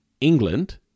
England